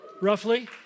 roughly